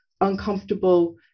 uncomfortable